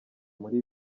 muri